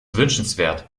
wünschenswert